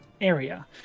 area